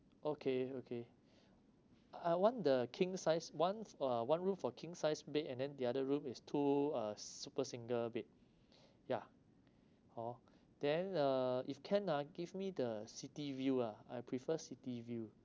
okay okay I want the king sized one uh one room for king sized bed and then the other room is two uh super single bed ya hor then uh if can ah give me the city view ah I prefer city view